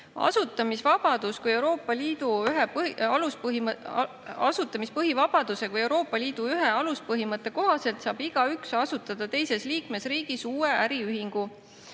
Asutamisvabaduse kui Euroopa Liidu ühe aluspõhimõtte kohaselt saab igaüks asutada teises liikmesriigis uue äriühingu.